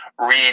read